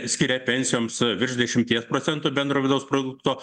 skiria pensijoms virš dešimties procentų bendro vidaus produkto